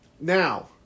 Now